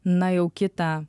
na jau kitą